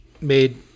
made